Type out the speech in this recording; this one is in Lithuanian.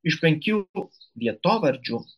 iš penkių vietovardžių